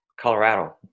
Colorado